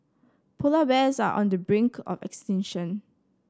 polar bears are on the brink of extinction